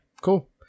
Cool